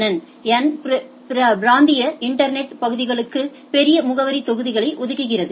ன் எண் பிராந்திய இன்டர்நெட் பதிவுகளுக்கு பெரிய முகவரித் தொகுதிகளை ஒதுக்குகிறது